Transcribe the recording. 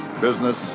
business